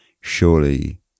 surely